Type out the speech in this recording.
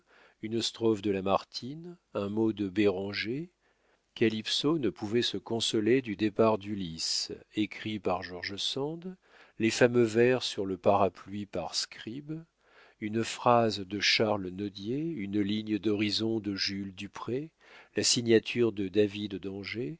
une strophe de lamartine un mot de béranger calypso ne pouvait se consoler du départ d'ulysse écrit par george sand les fameux vers sur le parapluie par scribe une phrase de charles nodier une ligne d'horizon de jules dupré la signature de david d'angers